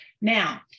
Now